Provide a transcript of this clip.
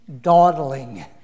dawdling